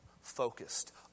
focused